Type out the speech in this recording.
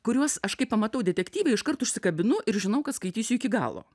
kuriuos aš kai pamatau detektyve iškart užsikabinu ir žinau kad skaitysiu iki galo